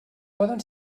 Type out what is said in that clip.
poden